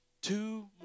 Two